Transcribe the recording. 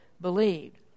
believed